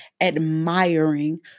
admiring